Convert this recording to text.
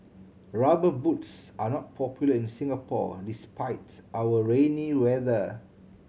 Rubber Boots are not popular in Singapore despite our rainy weather